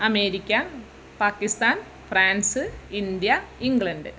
America Pakistan France India England